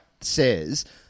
says